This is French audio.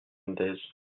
mendez